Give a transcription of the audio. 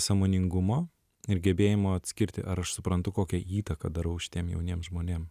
sąmoningumo ir gebėjimo atskirti ar aš suprantu kokią įtaką darau šitiem jauniem žmonėm